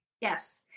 Yes